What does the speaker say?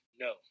no